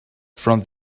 from